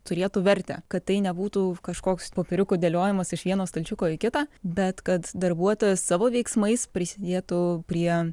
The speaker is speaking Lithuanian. turėtų vertę kad tai nebūtų kažkoks popieriukų dėliojimas iš vieno stalčiuko į kitą bet kad darbuotojas savo veiksmais prisidėtų prie